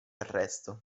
arresto